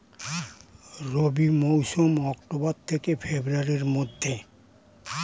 রবি মৌসুম অক্টোবর থেকে ফেব্রুয়ারির মধ্যে